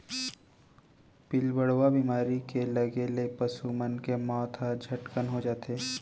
पिलबढ़वा बेमारी के लगे ले पसु मन के मौत ह झटकन हो जाथे